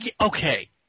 Okay